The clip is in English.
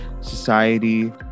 society